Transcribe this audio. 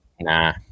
Nah